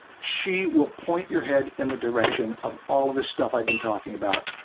she will point your head in the direction of all of this stuff i've been talking about.